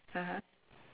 (uh huh)